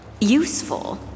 useful